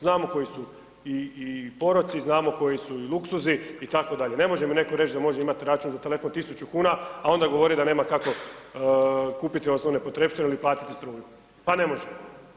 Znamo koji su i poroci, znamo koji su i luksuzi itd., ne može mi netko reći da može imati račun za telefon 1.000 kuna, a onda govoriti da nema kako kupiti osnovne potrepštine ili platiti struju, pa ne može.